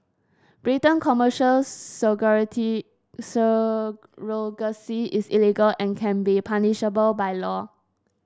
Britain Commercial surrogacy is illegal and can be punishable by law